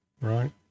right